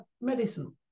medicine